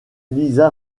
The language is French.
lisa